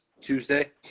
Tuesday